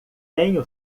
tenho